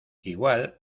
igual